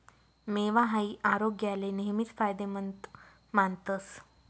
मेवा हाई आरोग्याले नेहमीच फायदेमंद मानतस